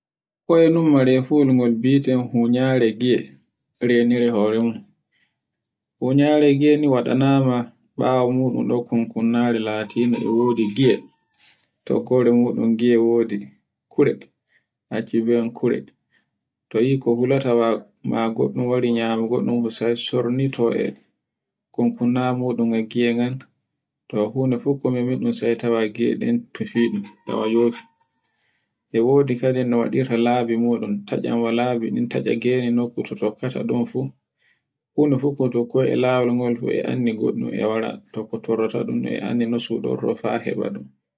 Kon nu mere fuyen kon gie funaare gie, renira hore mun. wonare re gene waɗanama ɓawo muɗum ɗoukan kunnare latiɗun e wodi ngie toggore muɗum gie wodi kure, acibiyan kura. Toyi ko hulaata goɗɗum wari nyago, goɗɗun wari sornito konkunna mudum e gie ngal to fukkanaani sai tawa gie ɗen to fini e wodi kadin nomwaɗirta labi mun taccan walabi, taccab gene nokkata ɗun fu funa fukkoto ko e laawol ngol e anndi goɗɗum e wara tokkotora ɗun anndarta no soɗorto haa heba ɗum.